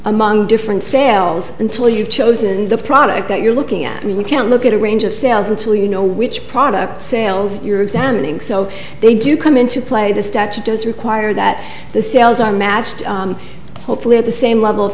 among different sales until you've chosen the product that you're looking at me we can't look at a range of sales until you know which product sales you're examining so they do come into play the statute does require that the sales are matched hopefully at the same level of